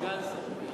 שר-על.